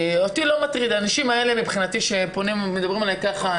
האנשים האלה שפונים ומדברים אלי כך,